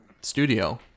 studio